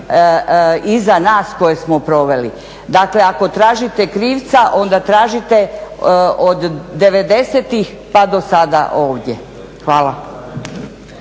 iza nas koje smo proveli. Dakle, ako tražite krivca onda tražite od 90-tih pa do sada ovdje. Hvala.